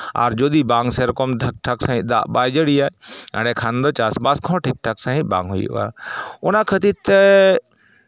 ᱟᱨ ᱡᱩᱫᱤ ᱵᱟᱝ ᱥᱮᱨᱚᱠᱚᱢ ᱴᱷᱤᱠ ᱴᱷᱟᱠ ᱥᱟᱺᱦᱤᱡ ᱫᱟᱜ ᱵᱟᱭ ᱡᱟᱹᱲᱤᱭᱟ ᱮᱰᱮᱠᱷᱟᱱ ᱫᱚ ᱪᱟᱥᱼᱵᱟᱥ ᱠᱚᱦᱚᱸ ᱴᱷᱤᱠ ᱴᱷᱟᱠ ᱥᱟᱺᱦᱤᱡ ᱵᱟᱝ ᱦᱩᱭᱩᱜᱼᱟ ᱚᱱᱟ ᱠᱷᱟᱹᱛᱤᱨ ᱛᱮ